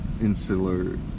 insular